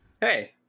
Hey